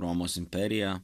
romos imperiją